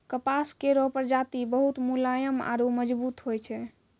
कपास केरो प्रजाति बहुत मुलायम आरु मजबूत होय छै